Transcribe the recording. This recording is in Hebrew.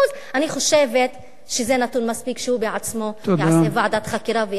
אני חושבת שזה נתון מספיק כדי שהוא בעצמו יעשה ועדת חקירה ויחקור,